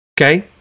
Okay